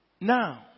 Now